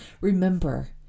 Remember